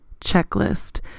checklist